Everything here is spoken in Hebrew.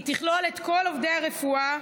היא תכלול את כל עובדי הרפואה,